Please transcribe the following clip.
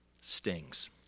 stings